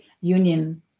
union